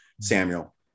Samuel